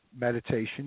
meditation